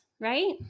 right